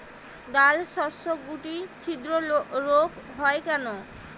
ডালশস্যর শুটি ছিদ্র রোগ হয় কেন?